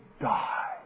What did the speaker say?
die